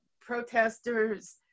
protesters